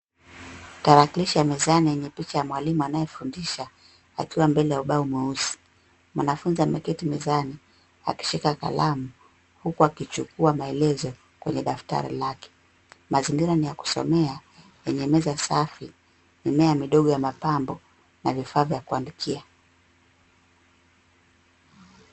Tarakilishi ya mezani yenye picha ya mwalimu anayefundisha akiwa mbele ya ubao mweusi. Mwanafunzi ameketi mezani akishika kalamu huku akichukua maelezo kwenye daftari lake. Mazingira ni ya kusomea yenye meza safi, mimea midogo ya mapambo na vifaa vya kuandikia.